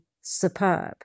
superb